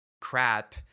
crap